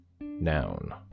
noun